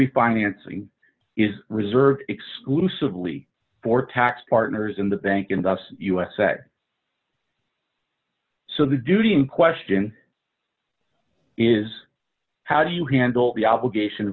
refinancing is reserved exclusively for tax partners in the bank in the usa so the duty in question is how do you handle the obligation